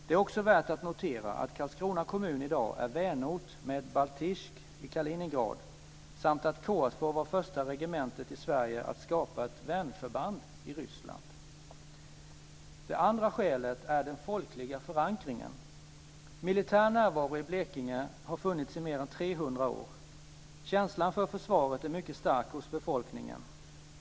Det är också värt att notera att Karlskrona kommun i dag är vänort med Baltijsk i Kaliningrad samt att KA 2 var första regementet i Sverige att skapa ett vänförband i Ryssland. Det andra skälet är den folkliga förankringen. Militär närvaro i Blekinge har funnits i mer än 300 år. Känslan för försvaret är mycket stark hos befolkningen.